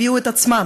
הביאו את עצמם,